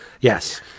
Yes